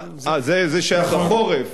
אה, זה שייך לחורף.